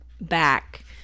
back